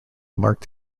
marked